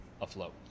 afloat